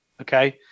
Okay